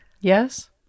Yes